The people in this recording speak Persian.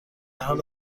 حال